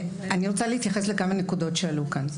אני רוצה להתייחס לכמה נקודות שעלו כאן.